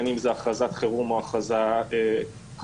בין אם זה הכרזת חירום או הכרזה מיוחדת.